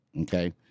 Okay